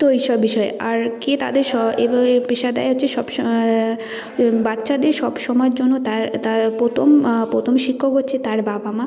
তো এই সব বিষয় আর কে তাদের স এবারে পেশা দেয় হচ্ছে সব সম বাচ্চাদের সব সময়ের জন্য তার তার প্রথম প্রথম শিক্ষক হচ্ছে তার বাবা মা